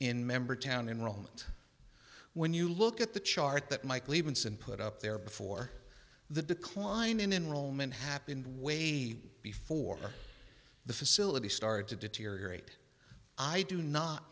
in member town in rome and when you look at the chart that michael evens and put up there before the decline in enrollment happened way before the facility started to deteriorate i do not